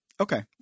Okay